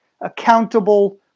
accountable